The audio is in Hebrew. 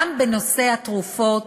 גם בנושא התרופות